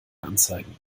anzeigen